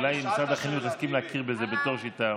אולי משרד החינוך יסכים להכיר בזה בתור שיטה.